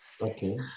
Okay